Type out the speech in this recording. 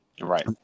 Right